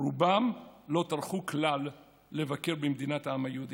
רובם לא טרחו כלל לבקר במדינת העם היהודי,